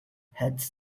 heaps